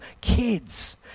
kids